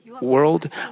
world